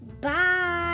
Bye